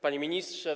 Panie Ministrze!